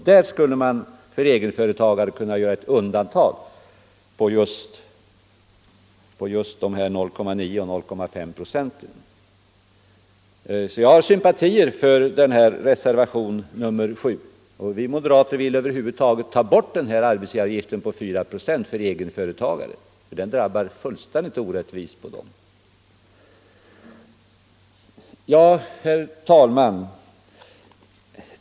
Där skulle man för egenföretagare Nr 134 kunna göra ett undantag för dessa 0,9 och 0,5 procent. Onsdagen den Jag hyser sympatier för reservationen 7. Vi moderater vill över huvud 4 december 1974 taget ta bort arbetsgivaravgiften på 4 procent för egenföretagare, eftersom denna avgift drabbar dem mycket orättvist. Sänkning av den Herr talman!